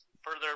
further